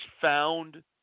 found